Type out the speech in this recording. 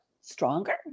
stronger